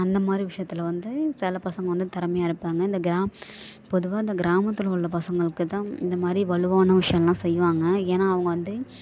அந்த மாதிரி விஷயத்தில் வந்து சில பசங்கள் வந்து திறமையா இருப்பாங்க இந்த கிரம் பொதுவாக இந்த கிராமத்தில் உள்ள பசங்களுக்குத் தான் இந்தமாதிரி வலுவான விஷயம்லாம் செய்வாங்க ஏன்னா அவங்க வந்து